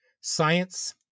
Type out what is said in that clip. science